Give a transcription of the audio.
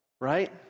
right